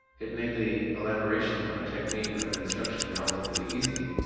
it made the elaboration of a technique of instruction relatively easy.